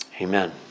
amen